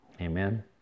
Amen